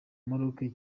maroc